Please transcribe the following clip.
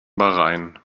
bahrain